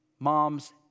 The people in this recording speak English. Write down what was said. moms